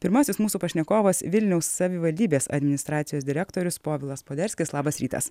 pirmasis mūsų pašnekovas vilniaus savivaldybės administracijos direktorius povilas poderskis labas rytas